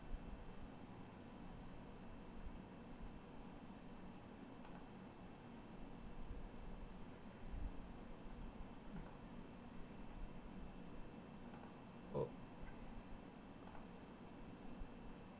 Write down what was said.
oh